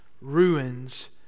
ruins